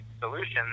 solutions